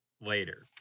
later